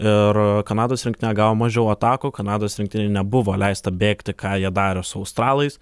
ir kanados rinktinė gavo mažiau atakų kanados rinktinei nebuvo leista bėgti ką jie darė su australais